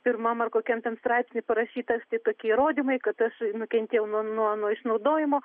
pirmam ar kokiam ten straipsny parašyta štai tokie įrodymai kad aš nukentėjau nuo nuo išnaudojimo